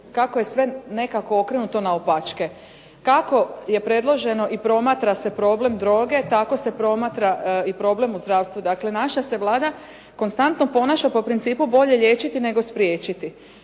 kako je sve nekako okrenuto naopačke. Kako je predloženo i promatra se problem droge tako se promatra i problem u zdravstvu. Dakle, naša se Vlada konstantno ponaša po principu bolje liječiti nego spriječiti.